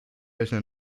rechner